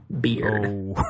Beard